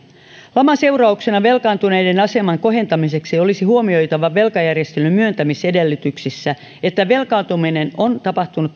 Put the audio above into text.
laman seurauksena velkaantuneiden aseman kohentamiseksi olisi huomioitava velkajärjestelyn myöntämisedellytyksissä että velkaantuminen on tapahtunut